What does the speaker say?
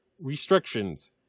restrictions